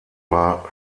war